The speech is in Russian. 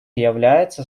является